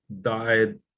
died